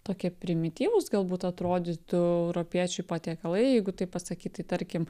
tokie primityvūs galbūt atrodytų europiečiui patiekalai jeigu taip pasakyt tai tarkim